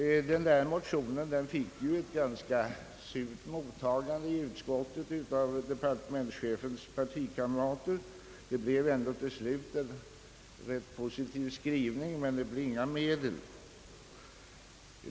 Denna motion fick ett ganska surt mottagande i utskottet av departementschefens partikamrater. Det blev ändå till slut en ganska positiv skrivning, men det blev inga medel.